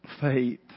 Faith